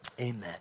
amen